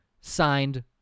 signed